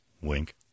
Wink